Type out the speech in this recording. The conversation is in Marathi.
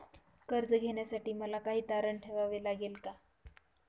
कर्ज घेण्यासाठी मला काही तारण ठेवावे लागेल का?